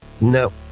No